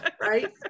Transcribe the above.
right